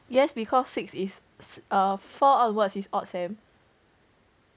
yes because six is err four onwards is odd sem